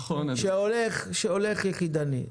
הדבר הזה הולך ודועך.